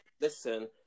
Listen